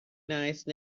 nice